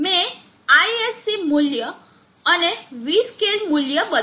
મેં ISC મૂલ્ય અને Vscale મૂલ્ય બદલ્યું નથી